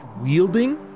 wielding